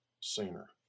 sooner